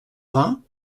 vingts